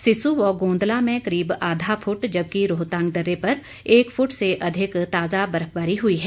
सिस्सू व गोंदला में करीब आधा फूट जबकि रोहतांग दर्रे पर एक फुट से अधिक ताजा बर्फबारी हुई है